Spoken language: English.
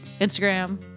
Instagram